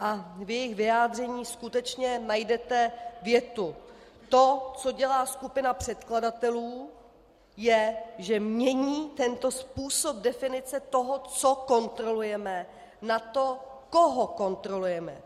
A v jejich vyjádření skutečně najdete větu: To, co dělá skupina předkladatelů, je, že mění tento způsob definice toho, co kontrolujeme, na to, koho kontrolujeme.